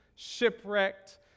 shipwrecked